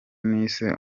nise